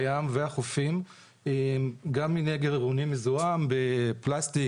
הים והחופים גם מנגר עירוני מזוהם בפלסטיק,